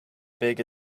big